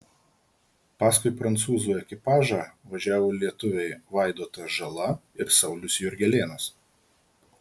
paskui prancūzų ekipažą važiavo lietuviai vaidotas žala ir saulius jurgelėnas